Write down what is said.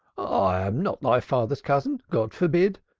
i am not thy father's cousin, god forbid!